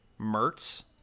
Mertz